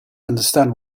understand